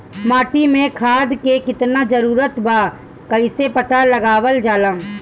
माटी मे खाद के कितना जरूरत बा कइसे पता लगावल जाला?